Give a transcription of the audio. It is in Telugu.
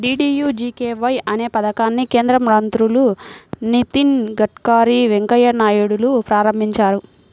డీడీయూజీకేవై అనే పథకాన్ని కేంద్ర మంత్రులు నితిన్ గడ్కరీ, వెంకయ్య నాయుడులు ప్రారంభించారు